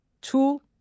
Two